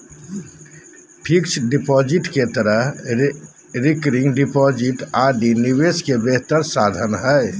fixed deposit के तरह recurring deposit RD निवेश के बेहतर साधन हइ